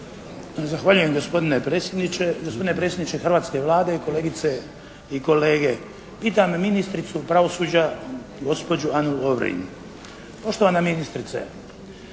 Zahvaljujem gospodine predsjedniče, gospodine predsjedniče hrvatske Vlade, kolegice i kolege. Pitam ministricu pravosuđa gospođu Anu Lovrin. Poštovana ministrice,